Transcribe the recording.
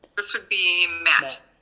this would be matt.